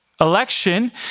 Election